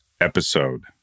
episode